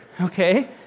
Okay